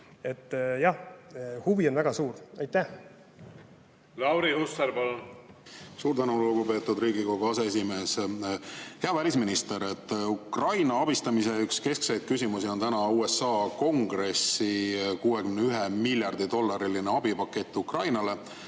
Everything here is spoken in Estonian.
vastu on väga suur. Lauri Hussar, palun! Suur tänu, lugupeetud Riigikogu aseesimees! Hea välisminister! Ukraina abistamise üks keskseid küsimusi on USA Kongressi 61 miljardi dollariline abipakett Ukrainale,